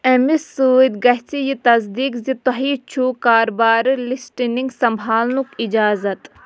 اَمہِ سۭتۍ گَژھِ یہِ تصدیٖق زِ تۄہہِ چُھ کارٕبارِ لِسٹِنگ سمبالنُک اِجازَت